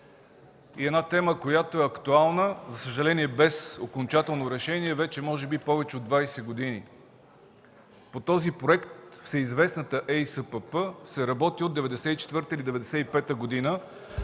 И тема, която е актуална, за съжаление, без окончателно решение може би повече от 20 години. По този проект всеизвестната ЕИСПП се работи от 1994 или 1995 г.